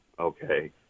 Okay